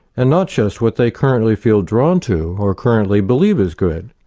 and not just what they currently feel drawn to or currently believe is good.